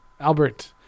Albert